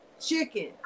chicken